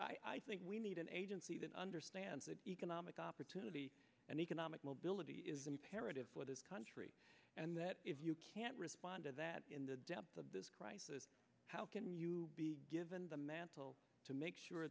i think we need an agency that understands that economic opportunity and economic mobility is imperative for this country and that if you can't respond to that in the depth of this crisis how can you be given the mantle to make sure